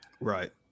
right